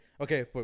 Okay